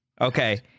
okay